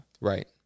Right